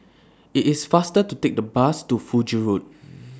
IT IS faster to Take The Bus to Fiji Road